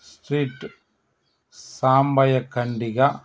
street Sambaiah ఖండిగా